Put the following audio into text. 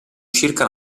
circa